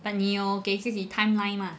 but 你有给自己 timeline mah